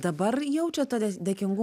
dabar jaučiat tą dės dėkingu